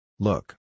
Look